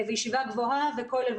ישיבה גבוהה וכולל,